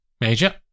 Major